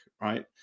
right